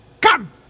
Come